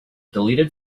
deleted